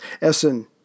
Essen